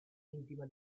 intima